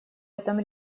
этом